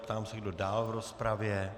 Ptám se, kdo dál v rozpravě.